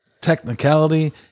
technicality